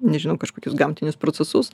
nežinau kažkokius gamtinius procesus